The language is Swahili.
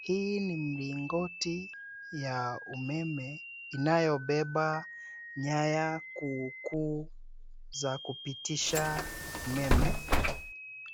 Hii ni mlingoti ya umeme inayobeba nyaya kuu kuu za kupitisha umeme.